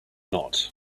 not